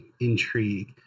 intrigue